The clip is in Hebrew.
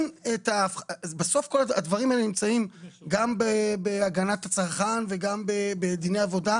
בסוף הדברים האלה נמצאים גם בהגנת הצרכן וגם בדיני עבודה,